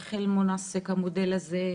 איך המודל הזה,